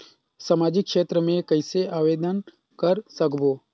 समाजिक क्षेत्र मे कइसे आवेदन कर सकबो?